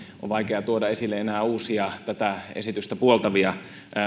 on vaikeaa tuoda esille enää uusia tätä esitystä puoltavia